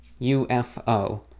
ufo